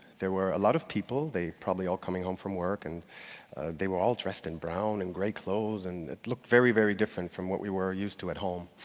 there were a lot of people, probably all coming home from work. and they were all dressed in brown and gray clothes, and it looked very, very different from what we were used to at home.